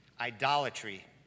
idolatry